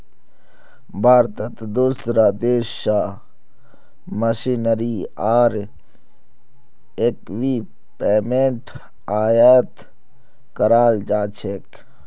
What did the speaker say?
भारतत दूसरा देश स मशीनरी आर इक्विपमेंट आयात कराल जा छेक